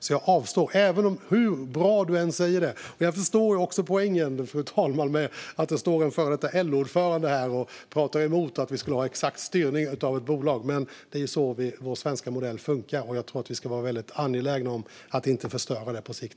Så jag avstår, hur bra ledamoten än säger - jag förstår poängen, fru talman - att det står en före detta LO-ordförande här och pratar emot att ha exakt styrning av ett bolag. Men det är så vår svenska modell funkar, och vi ska vara angelägna om att inte förstöra den på sikt.